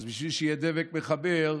אז בשביל שיהיה דבק מחבר,